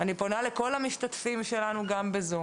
אני פונה לכל המשתתפים גם בזום,